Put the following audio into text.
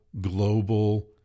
global